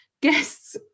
guests